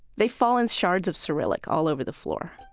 they fall in shards of cyrillic all over the floor